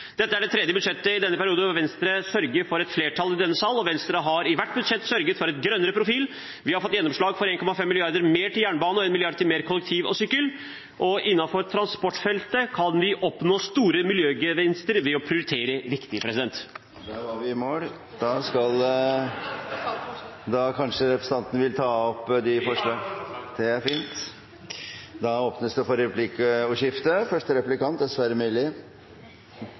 Dette er det tredje budsjettet i denne perioden hvor Venstre sørger for et flertall i denne sal. Venstre har i hvert budsjett sørget for en grønnere profil. Vi har fått gjennomslag for 1,5 mrd. kr mer til jernbane og 1 mrd. kr mer til kollektivsatsing og sykkel. Innenfor transportfeltet kan vi oppnå store miljøgevinster ved å prioritere riktig. Da var vi i mål! Kanskje representanten Raja vil ta opp forslag? Jeg tar opp vårt forslag. Da har representanten Abid Q. Raja tatt opp det forslaget han refererte til. Det blir replikkordskifte.